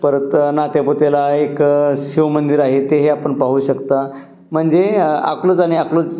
परत नात्यापुत्याला एक शिवमंदिर आहे ते हे आपण पाहू शकता म्हणजे अकलूज आणि अकलूज